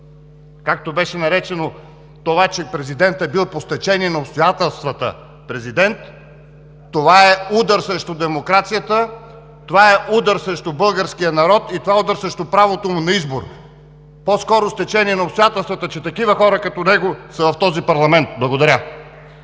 това беше наречено, че президентът бил по стечение на обстоятелствата президент, това е удар срещу демокрацията, това е удар срещу българския народ и това е удар срещу правото му на избор. По-скоро стечение на обстоятелствата е, че такива хора като него са в този парламент. Благодаря.